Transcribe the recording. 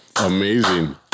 Amazing